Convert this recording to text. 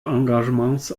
engagements